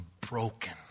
broken